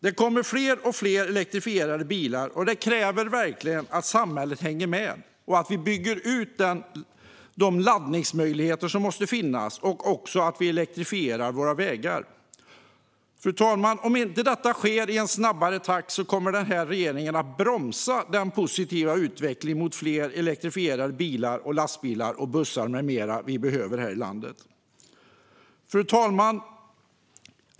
Det kommer fler och fler elektrifierade bilar, och det kräver verkligen att samhället hänger med och att vi bygger ut de laddningsmöjligheter som måste finnas och att vi elektrifierar våra vägar. Fru talman! Om inte detta sker i en snabbare takt kommer denna regering att bromsa den positiva utvecklingen mot fler elektrifierade bilar, lastbilar, bussar med mera som vi behöver här i landet. Fru talman!